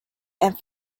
and